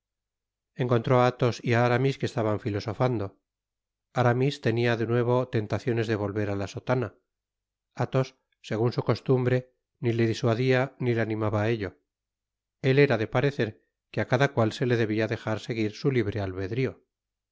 encontró á athos y á aramis que estaban filosofando aramis tenia de nuevo tentaciones de volver á la sotana athos segun su costumbre ni le disuadia ni le animaba á ello él era de parecer que á cada cual se le debia dejar seguir su libre albedrio